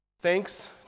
thanks